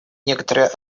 некоторое